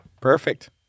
Perfect